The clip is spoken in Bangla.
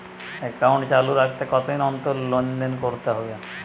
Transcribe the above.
একাউন্ট চালু রাখতে কতদিন অন্তর লেনদেন করতে হবে?